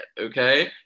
Okay